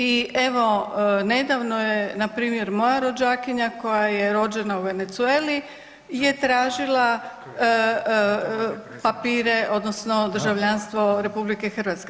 I evo nedavno je npr. moja rođakinja koja je rođena u Venezueli je tražila papire odnosno državljanstvo RH.